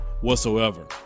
whatsoever